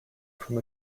from